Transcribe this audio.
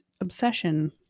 obsession